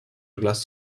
glass